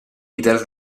leader